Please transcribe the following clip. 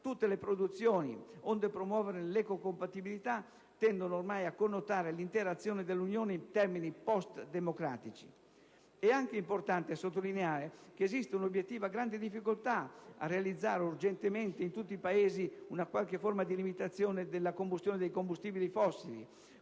tutte le produzioni, onde promuoverne l'ecocompatibilità, tendono ormai a connotare l'intera azione dell'Unione in termini *post* democratici. È anche importante sottolineare che sussiste un'obiettiva grande difficoltà a realizzare urgentemente in tutti i Paesi una qualche forma di limitazione della combustione dei combustibili fossili